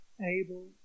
able